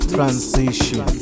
Transition